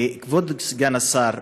כבוד סגן השר,